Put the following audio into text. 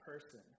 person